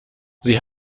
sie